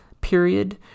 period